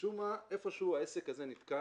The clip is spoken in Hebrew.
ומשום מה איפשהו העסק הזה נתקע.